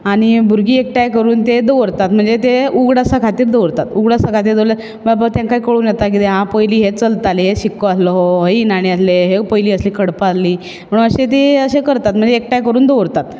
आनी भुरगीं एकठांय करून ते दवरतात म्हणजे ते उगडासा खातीर दवरतात उगडासा खातीर दवरल्यार बाबा तेंकाय कळून येता की तेंकाय कळून येता की पयलीं हें चलतालें हे शिक्को हे नाणी आहले पयलीं असलीं खडपां आसलीं म्हणून अशें तीं करतात मागीर तीं एकठांय करून दवरतात